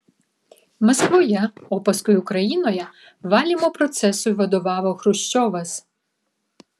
maskvoje o paskui ukrainoje valymo procesui vadovavo chruščiovas